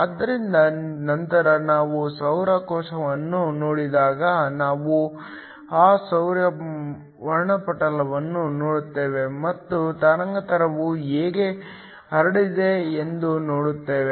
ಆದ್ದರಿಂದ ನಂತರ ನಾವು ಸೌರ ಕೋಶವನ್ನು ನೋಡಿದಾಗ ನಾವು ಆ ಸೌರ ವರ್ಣಪಟಲವನ್ನು ನೋಡುತ್ತೇವೆ ಮತ್ತು ತರಂಗಾಂತರವು ಹೇಗೆ ಹರಡಿದೆ ಎಂದು ನೋಡುತ್ತೇವೆ